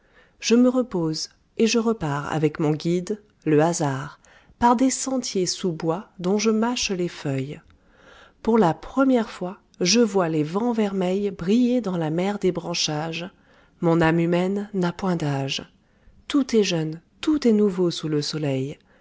je me repose et je repars avec mon guide le hasard par des sentiers sous bois dont je mâche les feuilles pour la première fois je vois les vents vermeils briller dans la mer des branchages mon âme humaine n'a point d'âge tout est jeune tout est nouveau sous le soleil